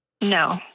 No